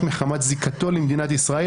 רק מחמת זיקתו למדינת ישראל,